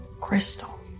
crystal